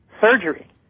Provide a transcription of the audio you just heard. surgery